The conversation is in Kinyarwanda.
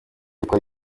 bikora